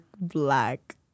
black